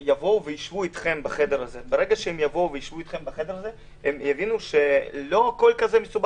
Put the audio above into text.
יישבו אתכם בחדר הזה ואז יבינו שלא הכול כל כך מסובך.